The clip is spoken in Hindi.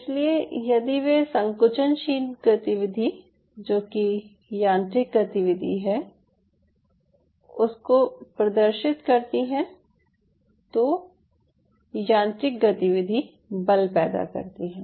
इसलिए यदि वे संकुचनशील गतिविधि जो कि यांत्रिक गतिविधि है उसको प्रदर्शित करती हैं तो यांत्रिक गतिविधि बल पैदा करती है